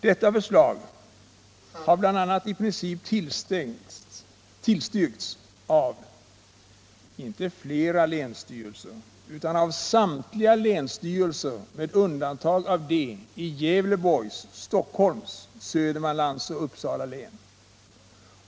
Detta har bl.a. i princip tillstyrkts, inte av ”flera länsstyrelser” utan av samtliga länsstyrelser med undantag av de i Gävleborgs, Stockholms, Södermanlands och Uppsala län.